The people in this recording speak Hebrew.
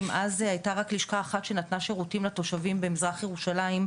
אם אז היתה רק לשכה אחת שנתנה שירותים לתושבים במזרח ירושלים,